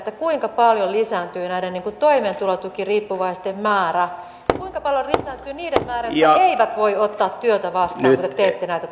kuinka paljon lisääntyy näiden toimeentulotukiriippuvaisten määrä kuinka paljon lisääntyy niiden määrä jotka eivät voi ottaa työtä vastaan kun te teette näitä